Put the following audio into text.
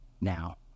now